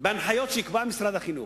בהנחיות שיקבע משרד החינוך.